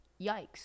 Yikes